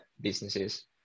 businesses